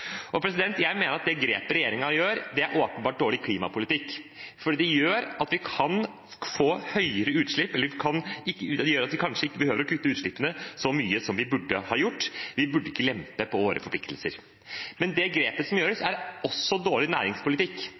dårlig klimapolitikk, fordi det gjør at vi kanskje ikke behøver å kutte utslippene så mye som vi burde ha gjort. Vi burde ikke lempe på våre forpliktelser. Men det grepet som gjøres, er også dårlig næringspolitikk,